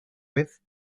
vez